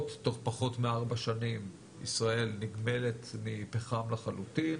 תוך פחות מארבע שנים ישראל נגמלת מפחם לחלוטין.